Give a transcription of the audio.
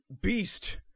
beast